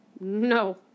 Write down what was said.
No